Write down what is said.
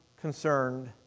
concerned